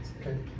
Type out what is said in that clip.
Okay